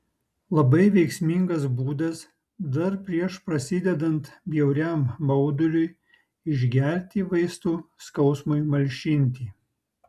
labai veiksmingas būdas dar prieš prasidedant bjauriam mauduliui išgerti vaistų skausmui malšinti